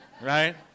Right